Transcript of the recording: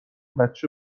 بچه